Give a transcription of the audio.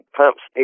pumps